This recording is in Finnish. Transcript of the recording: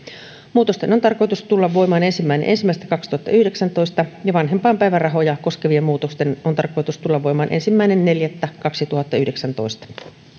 muutosten on tarkoitus tulla voimaan ensimmäinen ensimmäistä kaksituhattayhdeksäntoista ja vanhempainpäivärahoja koskevien muutosten on tarkoitus tulla voimaan ensimmäinen neljättä kaksituhattayhdeksäntoista